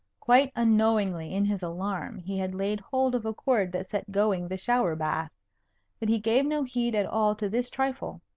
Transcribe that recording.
quite unknowingly in his alarm he had laid hold of a cord that set going the shower-bath but he gave no heed at all to this trifle.